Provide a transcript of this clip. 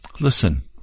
Listen